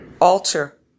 alter